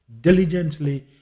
Diligently